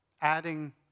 Adding